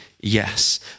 Yes